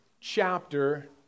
chapter